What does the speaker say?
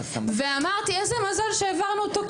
ואמרתי שאיזה מזל שהעברנו אותו,